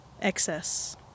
excess